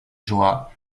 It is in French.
joie